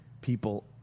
people